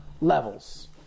levels